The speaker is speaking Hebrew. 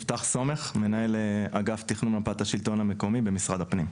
אני מנהל אגף תכנון מפת השלטון המקומי במשרד הפנים.